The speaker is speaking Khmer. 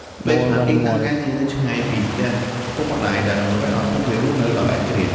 ពេលខ្លះ ទីតាំងការងារនៅឆ្ងាយពីផ្ទះឪពុកម្តាយ ដែលតម្រូវឱ្យពួកគេរស់នៅដោយឯករាជ្យ។